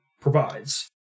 provides